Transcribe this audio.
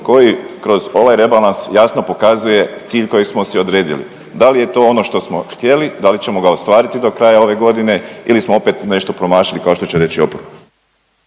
koji kroz ovaj rebalans jasno pokazuje cilj koji smo si odredili. Da li je to ono što smo htjeli, da li ćemo ga ostvariti do kraja ove godine ili smo opet nešto promašili kao što će reći oporba?